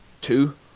two